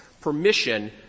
permission